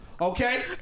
Okay